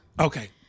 Okay